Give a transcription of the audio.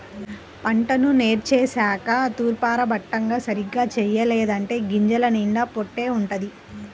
పంటను నూర్చేశాక తూర్పారబట్టడం సరిగ్గా చెయ్యలేదంటే గింజల నిండా పొట్టే వుంటది